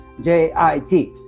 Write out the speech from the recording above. JIT